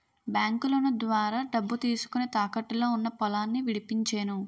బాంకులోను ద్వారా డబ్బు తీసుకొని, తాకట్టులో ఉన్న పొలాన్ని విడిపించేను